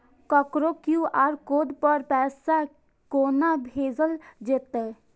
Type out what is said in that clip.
ककरो QR code पर पैसा कोना भेजल जेतै?